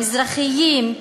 המזרחיים,